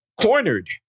cornered